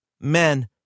men